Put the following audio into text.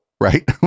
right